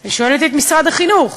אני שואלת את משרד החינוך.